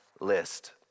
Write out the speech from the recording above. list